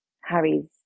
Harry's